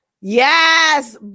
Yes